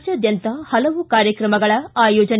ರಾಜ್ಯಾದ್ದಂತ ಹಲವು ಕಾರ್ಯಕ್ರಮಗಳ ಆಯೋಜನೆ